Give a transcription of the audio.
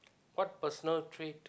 what personal trait